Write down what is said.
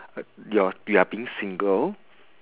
you're you're being single